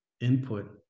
input